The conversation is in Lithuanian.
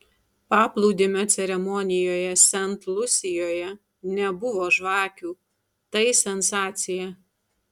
paplūdimio ceremonijoje sent lusijoje nebuvo žvakių tai sensacija